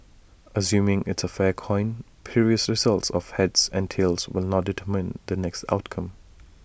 assuming it's A fair coin previous results of heads and tails will not determine the next outcome